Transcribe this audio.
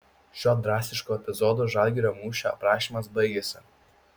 šiuo drastišku epizodu žalgirio mūšio aprašymas baigiasi